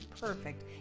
perfect